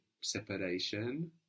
Separation